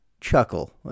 chuckle